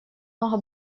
много